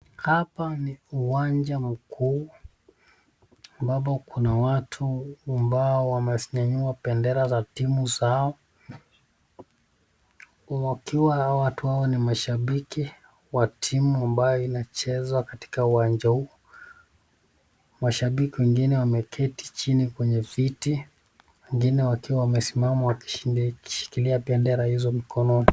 Hapa ni uwanja mkuu ambapo kuna watu ambao wamenyanyua bendera za timu zao wakiwa watu hawa ni mashabiki wa timu ambayo inacheza katika uwanja huu. Washabiki wengine wameketi chini kwenye viti wengine wakiwa wamesimama wakishikilia bendera hizo mkononi.